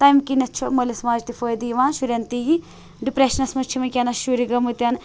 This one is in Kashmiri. تمہِ کِنیتھ چھُ مٲلِس ماجہِ تہِ فٲیِدٕ یِوان شُرین تہِ یی ڈِپرٛیشنَس منٛز چھِ وٕنکینَس شُرۍ گٔمٕتۍ